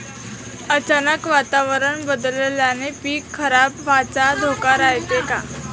अचानक वातावरण बदलल्यानं पीक खराब व्हाचा धोका रायते का?